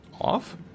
Off